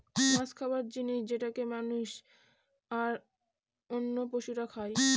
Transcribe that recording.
মাছ খাবার জিনিস যেটাকে মানুষ, আর অন্য পশুরা খাই